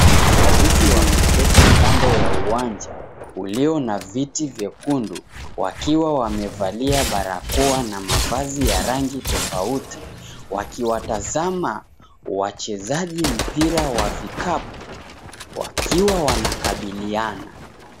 Mashabiki wameketi kando ya uwanja, uliyo na viti vyekundu wakiwa wamevalia barakoa na mavazi ya rangi tofauti, wakiwa tazama wachezaji wa mpira wa vikapu wakikabiliana.